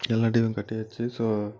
எல்லா டீயூவும் கட்டியாச்சு ஸோ